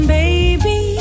baby